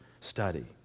study